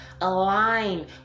align